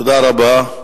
תודה רבה.